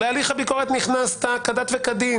להליך הביקורת נכנסת כדת וכדין.